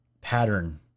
pattern